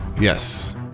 yes